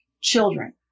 children